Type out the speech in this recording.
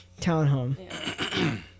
townhome